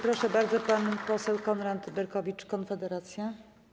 Proszę bardzo, pan poseł Konrad Berkowicz, Konfederacja.